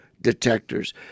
detectors